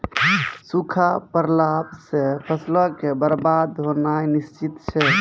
सूखा पड़ला से फसलो के बरबाद होनाय निश्चित छै